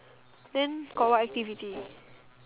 then got what activity